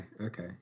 okay